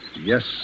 Yes